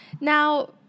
Now